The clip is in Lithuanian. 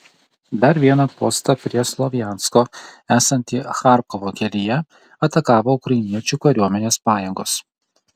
dar vieną postą prie slovjansko esantį charkovo kelyje atakavo ukrainiečių kariuomenės pajėgos